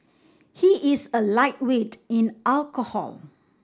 he is a lightweight in alcohol